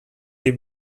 des